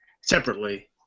separately